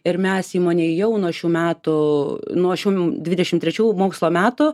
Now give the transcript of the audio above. ir mes įmonėj jau nuo šių metų nuo šių dvidešimt trečių mokslo metų